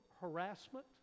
harassment